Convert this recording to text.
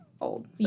old